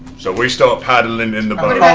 so we start paddling in the boat.